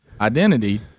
identity